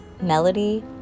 Melody